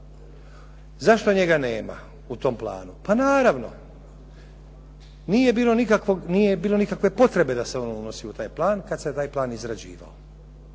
Zašto njega nema u tom planu? Pa naravno nije bilo nikakvog, nije bilo nikakve potrebe da se on unosi u taj plan, kada se taj plan izrađivao